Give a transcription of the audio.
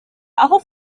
aho